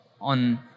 on